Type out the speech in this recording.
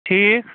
ٹھیٖک